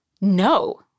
No